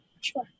sure